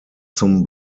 zum